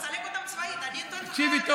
תסלק אותם צבאית, אלי, תקשיבי טוב